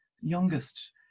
youngest